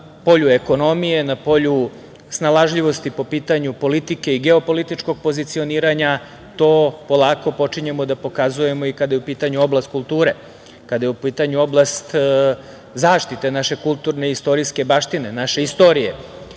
na polju ekonomije, na polju snalažljivosti po pitanju politike i geopolitičkog pozicioniranja, to polako počinjemo da pokazujemo i kada je u pitanju oblast kulture, kada je u pitanju oblast zaštite naše kulturne i istorijske baštine, naše istorije,